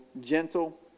gentle